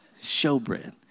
showbread